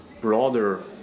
broader